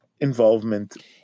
Involvement